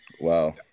Wow